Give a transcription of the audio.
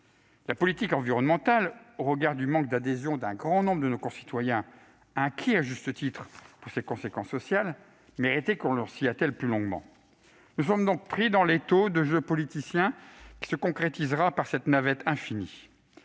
La politique environnementale, au regard du manque d'adhésion d'une grande partie de nos concitoyens, inquiets à juste titre de ses conséquences sociales, méritait que l'on s'y attelle plus longuement. Nous sommes donc pris dans un étau de jeux politiciens qui se concrétisera par une navette infinie.